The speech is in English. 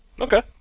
okay